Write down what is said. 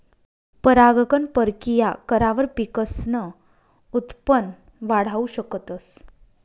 परागकण परकिया करावर पिकसनं उत्पन वाढाऊ शकतस